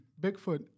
Bigfoot